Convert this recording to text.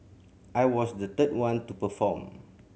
I was the third one to perform